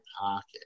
pocket